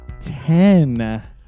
ten